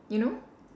you know